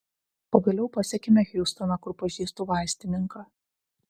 pagaliau pasiekėme hjustoną kur pažįstu vaistininką